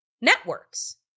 networks